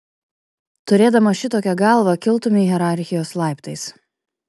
turėdamas šitokią galvą kiltumei hierarchijos laiptais